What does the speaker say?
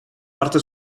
parte